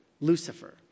Lucifer